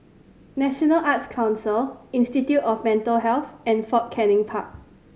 National Arts Council Institute of Mental Health and Fort Canning Park